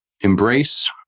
embrace